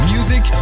Music